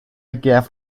gift